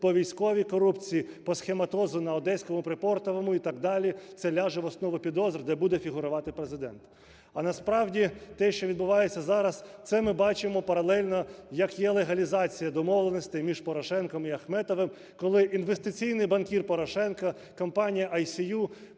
по військовій корупції, по схематозу на Одеському припортовому і так далі, це ляже в основу підозр, де буде фігурувати Президент. А насправді те, що відбувається зараз, це ми бачимо паралельно як є легалізація домовленостей між Порошенком і Ахметовим, коли інвестиційний банкір Порошенка - компанія IСU